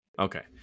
okay